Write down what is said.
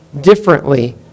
differently